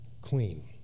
queen